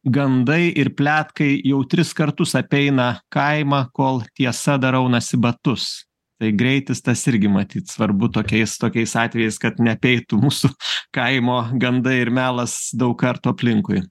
gandai ir pletkai jau tris kartus apeina kaimą kol tiesa dar aunasi batus tai greitis tas irgi matyt svarbu tokiais tokiais atvejais kad neapeitų mūsų kaimo gandai ir melas daug kartų aplinkui